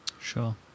sure